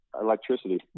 electricity